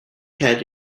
had